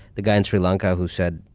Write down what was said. the guy in sri lanka who said,